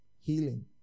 healing